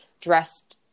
dressed